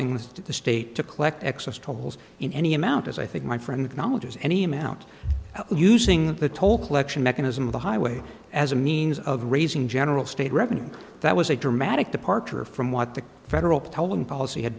to the state to collect excess tolls in any amount as i think my friend knowledge is any amount using the toll collection mechanism of the highway as a means of raising general state revenues that was a dramatic departure from what the federal polling policy had